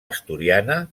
asturiana